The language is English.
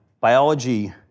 Biology